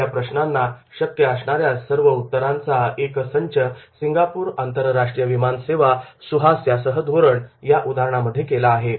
आपल्या प्रश्नांना शक्य असणाऱ्या सर्व उत्तरांचा एक संच 'सिंगापूर आंतरराष्ट्रीय विमानसेवा सुहास्यासह धोरण' या उदाहरणांमध्ये केला आहे